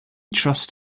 trust